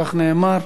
כך נאמר.